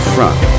Front